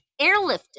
airlifted